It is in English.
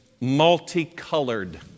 multicolored